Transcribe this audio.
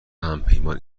همپیمان